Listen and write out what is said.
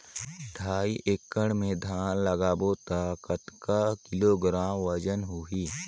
ढाई एकड़ मे धान लगाबो त कतेक किलोग्राम वजन होही?